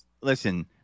listen